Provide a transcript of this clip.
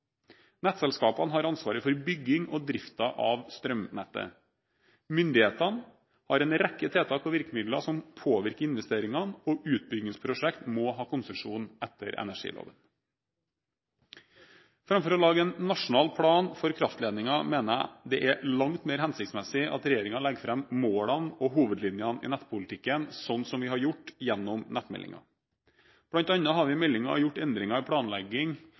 Nettselskapene har ansvaret for byggingen og driften av strømnettet. Myndighetene har en rekke tiltak og virkemidler som påvirker investeringene, og utbyggingsprosjektene må ha konsesjon etter energiloven. Framfor å lage en nasjonal plan for kraftledninger mener jeg det er langt mer hensiktsmessig at regjeringen legger fram målene og hovedlinjene i nettpolitikken, slik vi har gjort gjennom nettmeldingen. Blant annet har vi i meldingen gjort endringer i planlegging